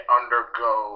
undergo